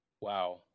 Wow